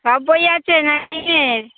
সব বই আছে নাইনের